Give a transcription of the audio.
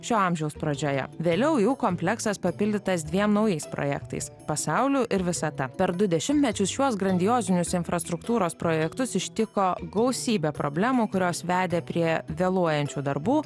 šio amžiaus pradžioje vėliau jų kompleksas papildytas dviem naujais projektais pasauliu ir visata per du dešimtmečius šiuos grandiozinius infrastruktūros projektus ištiko gausybė problemų kurios vedė prie vėluojančių darbų